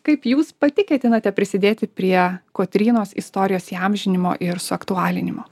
kaip jūs pati ketinate prisidėti prie kotrynos istorijos įamžinimo ir suaktualinimo